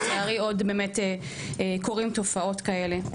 לצערי עוד קורות תופעות כאלה באמת.